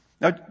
Now